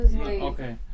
Okay